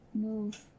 move